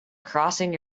crossing